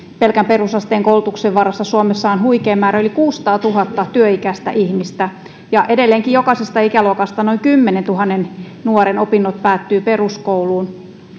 pelkän perusasteen koulutuksen varassa suomessa on huikea määrä yli kuusisataatuhatta työikäistä ihmistä ja edelleenkin jokaisesta ikäluokasta noin kymmenentuhannen nuoren opinnot päättyvät peruskouluun